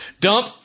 Dump